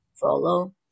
follow